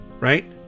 right